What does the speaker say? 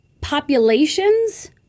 populations